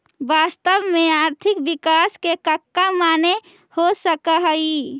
वास्तव में आर्थिक विकास के कका माने हो सकऽ हइ?